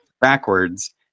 backwards